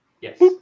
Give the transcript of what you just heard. Yes